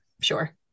sure